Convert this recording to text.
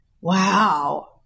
wow